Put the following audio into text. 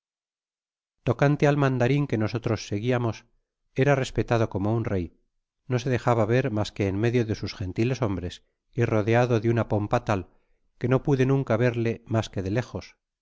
tocante al mandarin que nosotros seguiamos ra toeav petado como un rey no se dejaba ver mas que en medio de sus gentiles hombres y rodeado de una pampa tal que no pude nunca verle mas que de lejos